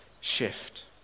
shift